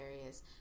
areas